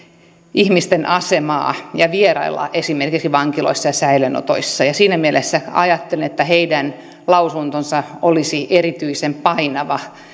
ihmisten asemaa ja vierailla esimerkiksi vankiloissa ja säilöönotoissa ja siinä mielessä ajattelen että heidän lausuntonsa olisi erityisen painava